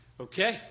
Okay